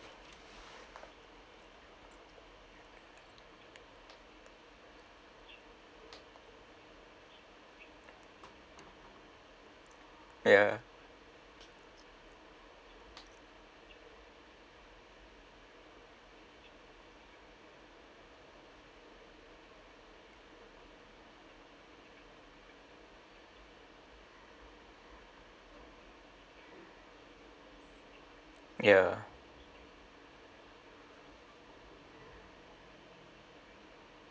ya ya